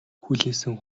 хүлээсэн